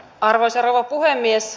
arvoisa rouva puhemies